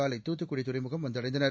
காலை தூத்துக்குடி துறைமுகம் வந்தடைந்தனர்